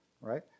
right